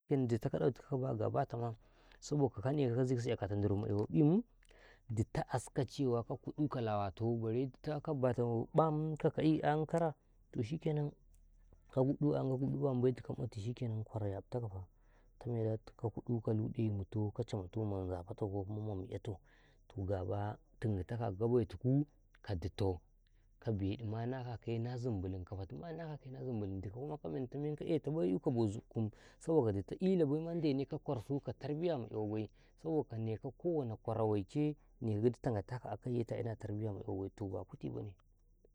﻿ditoh ka ɗautikaw ba gabatama saboka ka ndalo ka zaise akataw ndaru ma kyawo ƃimin ditoh asko kawai ka kuɗuka lawa tikaw bare ditoh ka bata ƃam ka ka'i ayam kara to shikenan ka gubɗu ayam ka gubɗu ƃambai shikenan kwaro kyabtakafa tame da dikka kuɗu ka luɗe muto ka kyamatu ma nzafetoh koma mitkyawtau toh gaba tingitakaw a gaba tuku ka ditoh ka beɗima naka kaye na zimbilin ka fatii ma naka kaye na zimbilim ka etaw bai ikaw boh zukkum saboka ditoh ndelaba ndene ka kwarsu ma ka tarbiya ma kyawo bai saboka neko kwara waike neko gidi ta ngatakaw a akaiye ta ina tarbiya ma kyawo bai toh gida'ibai.